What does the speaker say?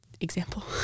example